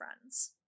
friends